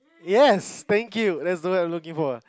yes thank you that's what I looking for